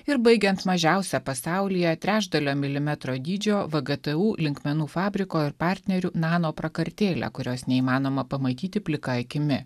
ir baigiant mažiausia pasaulyje trečdalio milimetro dydžio gvtu linkmenų fabriko ir partnerių nanoprakartėlę kurios neįmanoma pamatyti plika akimi